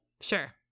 Sure